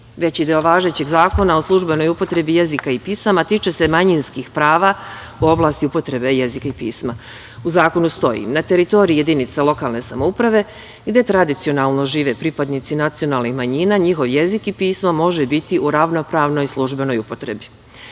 deo važećeg Zakona o službenoj upotrebi jezika i pisama tiče se manjinskih prava u oblasti upotrebe jezika i pisma. U zakonu stoji - na teritoriji jedinice lokalne samouprave gde tradicionalno žive pripadnici nacionalnih manjina njihov jezik i pismo može biti u ravnopravnoj službenoj upotrebi.